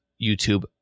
YouTube